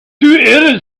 two